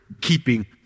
keeping